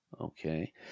Okay